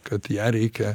kad ją reikia